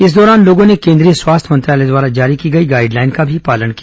इस दौरान लोगों ने केंद्रीय स्वास्थ्य मंत्रालय द्वारा जारी की गई गाइडलाइड का भी पालन किया